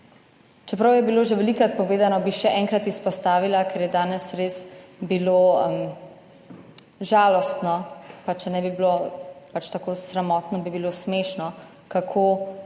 Čeprav je bilo že velikokrat povedano, bi še enkrat izpostavila, ker je danes res bilo žalostno – pa če ne bi bilo tako sramotno, bi bilo smešno – kako